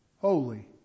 Holy